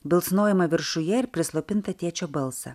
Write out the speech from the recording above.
bilsnojimą viršuje ir prislopintą tėčio balsą